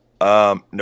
No